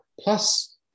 Plus